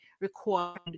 required